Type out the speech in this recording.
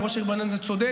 וראש העיר בעניין הזה צודק,